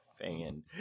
fan